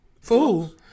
Fool